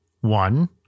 One